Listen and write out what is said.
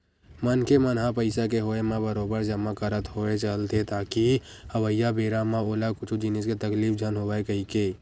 मनखे मन ह पइसा के होय म बरोबर जमा करत होय चलथे ताकि अवइया बेरा म ओला कुछु जिनिस के तकलीफ झन होवय कहिके